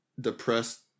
depressed